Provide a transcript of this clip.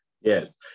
Yes